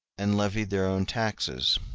and levied their own taxes.